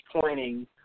pointing